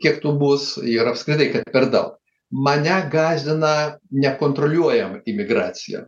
kiek tų bus ir apskritai kad per daug mane gąsdina nekontroliuojama imigracija